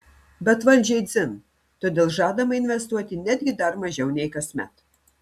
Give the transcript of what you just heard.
bet valdžiai dzin todėl žadama investuoti netgi dar mažiau nei kasmet